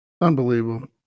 Unbelievable